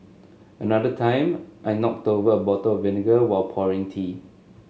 another time I knocked over a bottle of vinegar while pouring tea